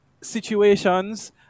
situations